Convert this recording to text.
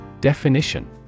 Definition